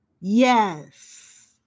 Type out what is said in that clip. Yes